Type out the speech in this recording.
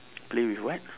play with what